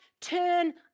turn